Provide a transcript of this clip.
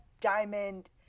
diamond